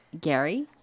Gary